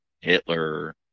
Hitler